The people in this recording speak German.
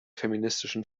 feministischen